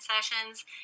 sessions